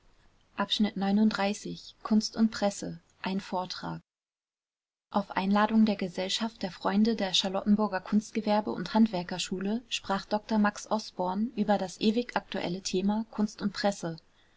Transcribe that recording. kunst und presse ein vortrag auf einladung der gesellschaft der freunde der charlottenburger kunstgewerbe und handwerkerschule sprach dr max osborn über das ewig aktuelle thema kunst und presse